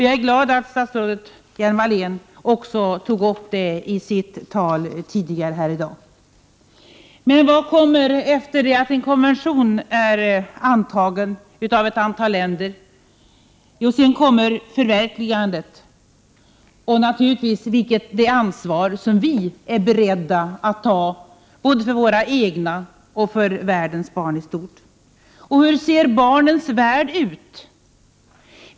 Jag är glad över att statsrådet Hjelm-Wallén också tog upp den frågan tidigare i dag. Men vad kommer då efter det att en konvention blivit antagen av ett antal länder? Jo, förverkligandet av denna. Naturligtvis handlar det då också om vilket ansvar vi är beredda att ta både för våra egna barn och för världens barn över huvud taget. Hur ser barnens värld ut?